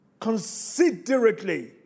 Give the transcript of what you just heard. considerately